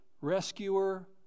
rescuer